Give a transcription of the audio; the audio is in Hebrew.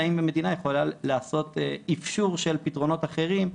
האם המדינה יכולה לעשות אפשור של פתרונות אחרים,